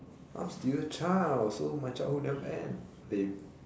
I'm still a child so my childhood never end lame